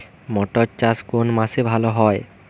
মটর চাষ কোন মাসে ভালো হয়?